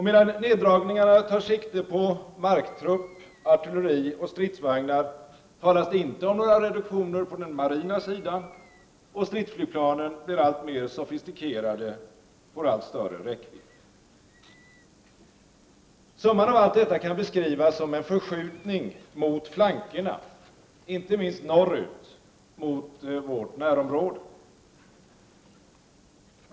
Medan neddragningarna tar sikte på marktrupp, artilleri och stridsvagnar, talas det inte om några reduktioner på den marina sidan, och stridsflygplanen blir alltmer sofistikerade och får allt större räckvidd. Summan av allt detta kan beskrivas som en förskjutning mot flankerna, inte minst norrut till vårt närområde.